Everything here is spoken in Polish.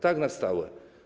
Tak, na stałe.